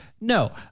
No